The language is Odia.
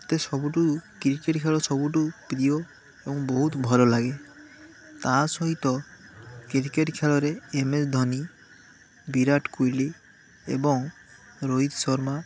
ମତେ ସବୁଠୁ କ୍ରିକେଟ ଖେଳ ସବୁଠୁ ପ୍ରିୟ ଏବଂ ବହୁତ ଭଲ ଲାଗେ ତା ସହିତ କ୍ରିକେଟ ଖେଳରେ ଏମ୍ ଏସ୍ ଧୋନି ବିରାଟ କୋହଲି ଏବଂ ରୋହିତ ଶର୍ମା